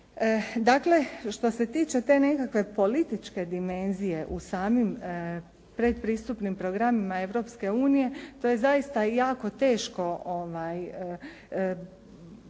Dakle, što se tiče te nekakve političke dimenzije u samim predpristupnim programima Europske unije to je zaista jako teško ostvariti